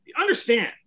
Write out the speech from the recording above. understand